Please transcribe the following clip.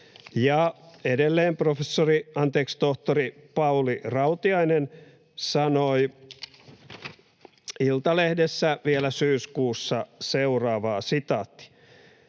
edelleen tohtori Pauli Rautiainen sanoi Iltalehdessä vielä syyskuussa seuraavaa: ”Nyt